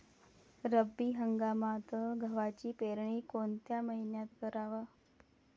रब्बी हंगामात गव्हाची पेरनी कोनत्या मईन्यात कराव?